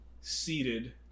seated